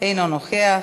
אינו נוכח,